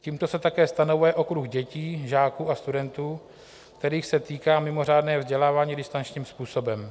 Tímto se také stanovuje okruh dětí, žáků a studentů, kterých se týká mimořádné vzdělávání distančním způsobem.